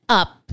up